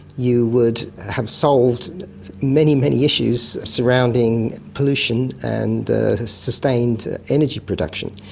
you would have solved many, many issues surrounding pollution and sustained energy production.